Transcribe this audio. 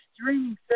streaming